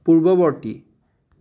পূৰ্ৱবৰ্তী